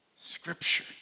scripture